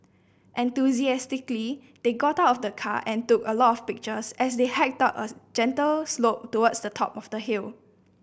enthusiastically they got out of the car and took a lot of pictures as they hiked up a gentle slope towards the top of the hill